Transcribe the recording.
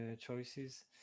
choices